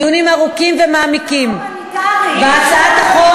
דיונים ארוכים ומעמיקים בהצעת החוק,